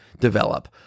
develop